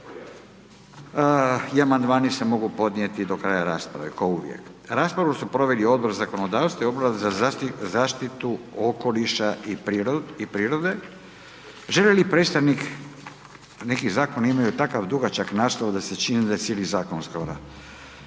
amandmani se mogu podnijeti do kraja rasprave, kao uvijek. Raspravu su proveli Odbor za zakonodavstvo i Odbor za zaštitu okoliša i prirode. Želi li predstavnik, neki zakoni imaju tako dugačak naslov da se čini za je cijeli zakon skoro.